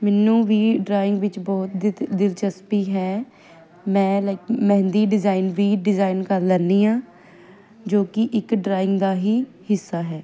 ਮੈਨੂੰ ਵੀ ਡਰਾਇੰਗ ਵਿੱਚ ਬਹੁਤ ਦਿਲ ਦਿਲਚਸਪੀ ਹੈ ਮੈਂ ਲਾਈਕ ਮਹਿੰਦੀ ਡਿਜ਼ਾਇਨ ਵੀ ਡਿਜ਼ਾਇਨ ਕਰ ਲੈਂਦੀ ਹਾਂ ਜੋ ਕਿ ਇੱਕ ਡਰਾਇੰਗ ਦਾ ਹੀ ਹਿੱਸਾ ਹੈ